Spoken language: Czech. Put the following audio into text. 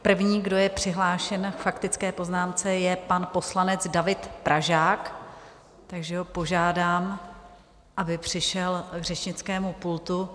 První, kdo je přihlášen k faktické poznámce, je pan poslanec David Pražák, takže ho požádám, aby přišel k řečnickému pultu.